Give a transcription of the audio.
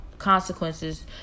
consequences